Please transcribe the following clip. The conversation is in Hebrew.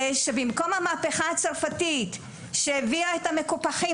זה שבמקום המהפכה הצרפתית שהביאה את המקופחים